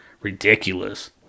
ridiculous